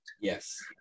Yes